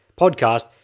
podcast